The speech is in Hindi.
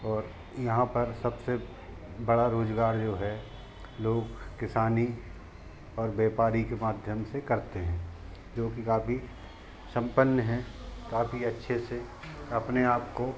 और यहाँ पर सबसे बड़ा रोज़गार जो है लोग किसानी और व्यपार के माध्यम से करते हैं जोकि काफी सम्पन्न हैं काफी अच्छे से अपने आपको